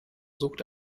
sucht